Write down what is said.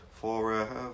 forever